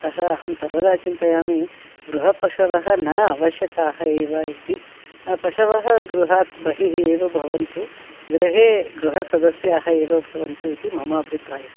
अतः अहं सर्वदा चिन्तयामि गृहपशवः न आवश्यकाः एव इति पशवः गृहात् बहिः एव भवन्तु गृहे गृहसदस्याः एव भवन्तु इति मम अभिप्रायः